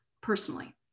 personally